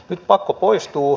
nyt pakko poistuu